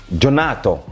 jonato